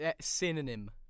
synonym